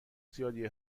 زیادی